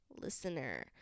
listener